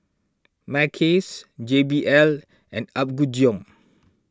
Mackays J B L and Apgujeong